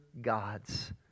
gods